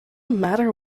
matter